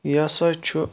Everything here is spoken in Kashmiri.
یہِ ہسا چھُ